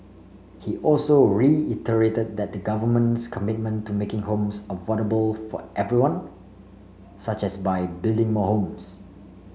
he also reiterated the government's commitment to making homes affordable for everyone such as by building more homes